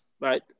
Right